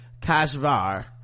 kashvar